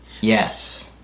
Yes